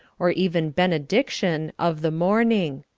or even benediction, of the morning.